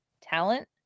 talent